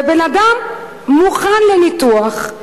ובן-אדם מוכן לניתוח,